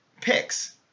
picks